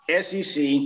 SEC